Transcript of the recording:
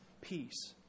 peace